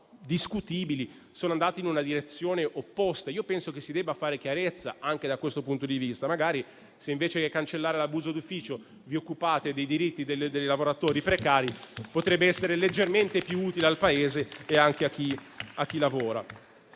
discutibili, sono andate in una direzione opposta. Penso che si debba fare chiarezza anche da questo punto di vista. Se invece che cancellare l'abuso d'ufficio vi occupaste dei diritti dei lavoratori precari, potrebbe essere leggermente più utile al Paese e anche a chi lavora.